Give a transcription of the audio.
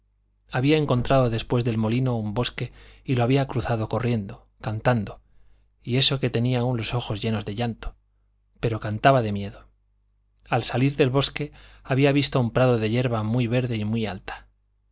había encontrado después del molino un bosque y lo había cruzado corriendo cantando y eso que tenía aún los ojos llenos de llanto pero cantaba de miedo al salir del bosque había visto un prado de yerba muy verde y muy alta